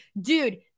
dude